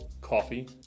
coffee